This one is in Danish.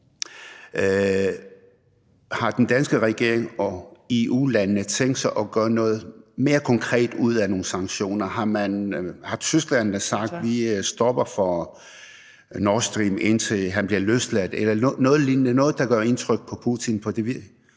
Har den danske regering og EU-landene tænkt sig at gøre noget mere konkret ud af nogle sanktioner? Har Tyskland sagt: Vi stopper for Nord Stream 2, indtil han bliver løsladt? Eller har man tænkt sig noget lignende – noget, der gør indtryk på Putin? For det virker